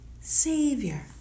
savior